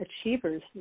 achievers